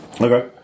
Okay